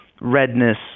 redness